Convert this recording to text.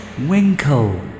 Winkle